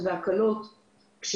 הקלות והחמרות וכן הלאה,